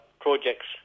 projects